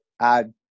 add